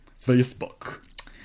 Facebook